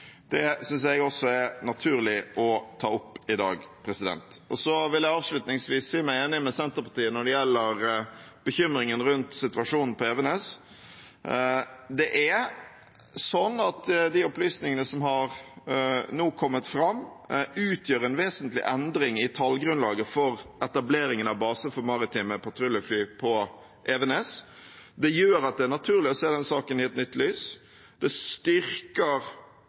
Det synes jeg også er naturlig å ta opp i dag. Så vil jeg avslutningsvis si meg enig med Senterpartiet når det gjelder bekymringen rundt situasjonen på Evenes. Opplysningene som nå har kommet fram, utgjør en vesentlig endring i tallgrunnlaget for etableringen av basen for maritime patruljefly på Evenes. Det gjør at det er naturlig å se den saken i et nytt lys. Det styrker